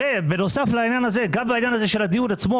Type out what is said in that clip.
בנוסף לכך, גם בעניין ה-20%,